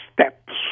steps